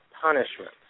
punishment